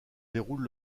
déroule